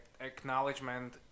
acknowledgement